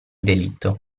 delitto